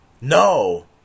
No